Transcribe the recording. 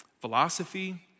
philosophy